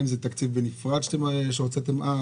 האם זה תקציב בנפרד שהוצאתם אז,